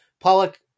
Pollock